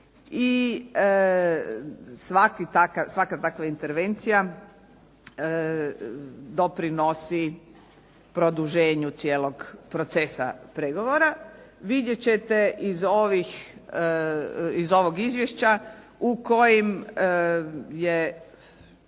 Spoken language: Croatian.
i svaka takva intervencija doprinosi produženju cijelog procesa pregovora. Vidjeti ćete iz ovog izvješća u kojim je